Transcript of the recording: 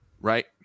right